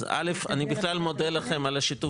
אז א', אני בכלל מודה לכם על שיתוף הפעולה.